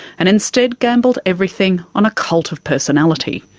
and instead gambled everything on a cult of personality.